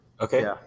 Okay